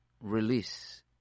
Release